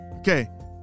Okay